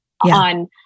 on